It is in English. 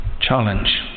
challenge